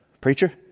preacher